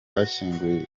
bashyinguye